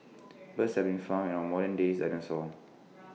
birds have been found an our modern day dinosaurs